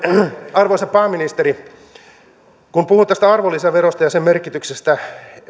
arvoisa pääministeri kun puhuin tästä arvonlisäverosta ja sen merkityksestä